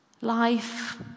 Life